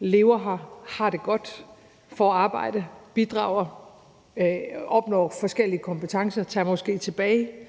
lever her, har det godt, får arbejde, bidrager, opnår forskellige kompetencer og tager måske tilbage